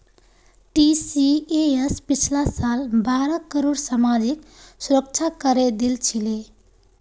TCS पिछला साल बारह करोड़ सामाजिक सुरक्षा करे दिल छिले